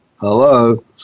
Hello